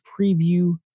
preview